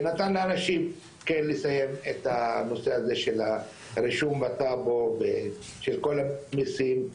ונתן לאנשים כן לסיים את הנושא הזה של הרישום בטאבו ושל כל המיסים,